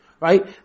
Right